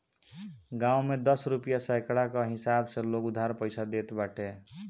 गांव में दस रुपिया सैकड़ा कअ हिसाब से लोग उधार पईसा देत बाटे